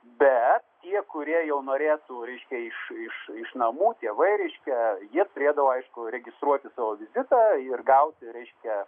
bet tie kurie jau norėtų reiškia iš iš iš namų tėvai reiškia jie turėdavo aišku registruoti savo vizitą ir gauti reiškia